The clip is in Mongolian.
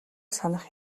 санах